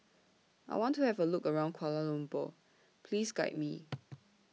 I want to Have A Look around Kuala Lumpur Please Guide Me